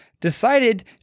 decided